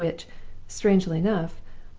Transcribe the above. strangely enough,